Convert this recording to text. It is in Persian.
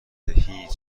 هیچ